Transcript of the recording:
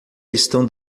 estão